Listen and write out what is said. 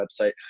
website